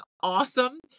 awesome